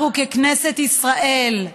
אנחנו ככנסת ישראל,